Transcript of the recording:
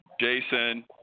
jason